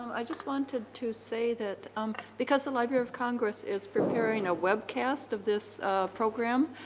i just wanted to say that um because the library of congress is preparing a webcast of this program,